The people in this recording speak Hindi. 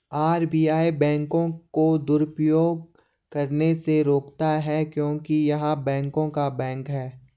आर.बी.आई बैंकों को दुरुपयोग करने से रोकता हैं क्योंकि य़ह बैंकों का बैंक हैं